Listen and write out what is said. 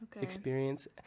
experience